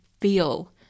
feel